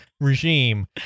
regime